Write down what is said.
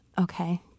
Okay